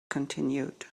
continued